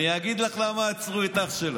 אני אגיד לך למה עצרו את אח שלך,